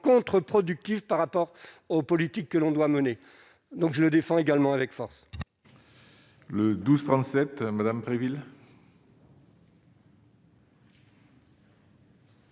contre- productif par rapport aux politiques que l'on doit mener donc je le défends également avec force.